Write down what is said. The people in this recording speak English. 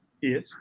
Yes